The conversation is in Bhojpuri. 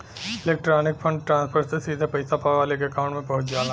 इलेक्ट्रॉनिक फण्ड ट्रांसफर से सीधे पइसा पावे वाले के अकांउट में पहुंच जाला